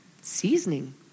Seasoning